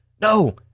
no